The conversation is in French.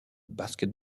basket